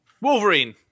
Wolverine